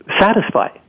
satisfy